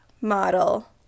model